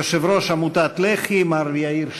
יושב-ראש עמותת לח"י מר יאיר שטרן,